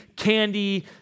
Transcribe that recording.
candy